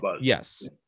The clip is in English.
yes